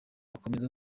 akomeza